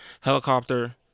helicopter